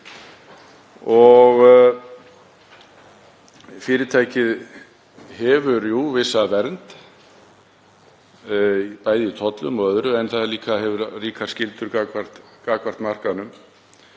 Fyrirtækið hefur jú vissa vernd, bæði í tollum og öðru, en það hefur líka ríkar skyldur gagnvart markaðnum.